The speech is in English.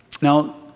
Now